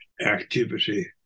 activity